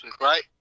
right